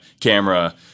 camera